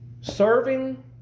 serving